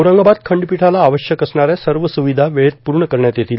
औरंगाबाद खंडपीठाला आवश्यक असणाऱ्या सर्व सुविधा वेळेत पूर्ण करण्यात येतील